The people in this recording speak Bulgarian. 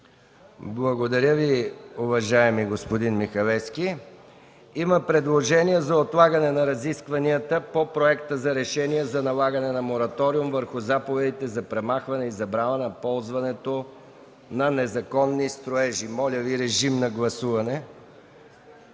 Благодаря Ви, уважаеми господин Михалевски. Има предложение за отлагане на разискванията по Проекта за решение за налагане на мораториум върху заповедите за премахване и забрана на ползването на незаконни строежи. Моля, гласувайте.